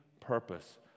purpose